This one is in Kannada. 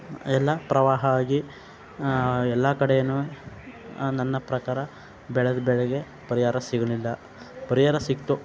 ಎಲ್ಲ ಪ್ರವಾಹ ಆಗಿ ಎಲ್ಲ ಕಡೆನೂ ನನ್ನ ಪ್ರಕಾರ ಬೆಳೆದ ಬೆಳೆಗೆ ಪರಿಹಾರ ಸಿಗಲಿಲ್ಲ ಪರಿಹಾರ ಸಿಗ್ತು